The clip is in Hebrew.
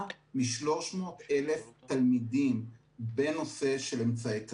מ-300,000 תלמידים בנושא של אמצעי קצה.